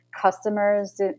customers